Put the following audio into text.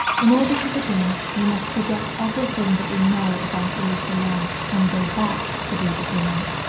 in order to begin, we must forget everything that we know about elisa lam, and go back to the beginning.